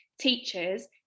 teachers